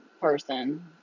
person